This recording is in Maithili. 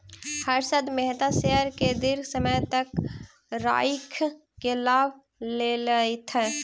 हर्षद मेहता शेयर के दीर्घ समय तक राइख के लाभ लेलैथ